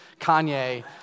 Kanye